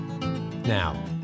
Now